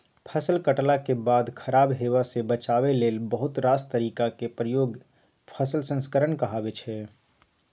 फसल कटलाक बाद खराब हेबासँ बचाबै लेल बहुत रास तरीकाक प्रयोग फसल संस्करण कहाबै छै